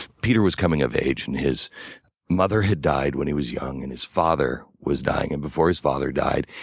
peter was coming of age and his mother had died when he was young, and his father was dying and before his father died,